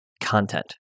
content